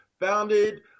founded